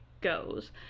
goes